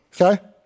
Okay